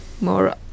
more